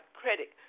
credit